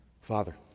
father